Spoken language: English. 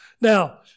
Now